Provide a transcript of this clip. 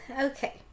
okay